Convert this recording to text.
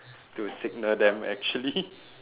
to signal them actually